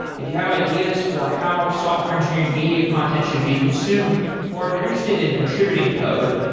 if you have ideas for how software engineering media content should be consumed or if you're interested in contributing code,